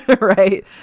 right